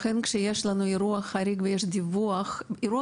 לכן כשיש לנו אירוע חריג ויש דיווח -- אירוע